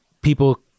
people